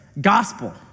gospel